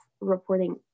reporting